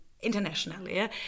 internationally